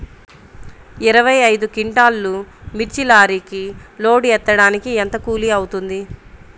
ఇరవై ఐదు క్వింటాల్లు మిర్చి లారీకి లోడ్ ఎత్తడానికి ఎంత కూలి అవుతుంది?